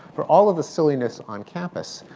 for all of the silliness on campus,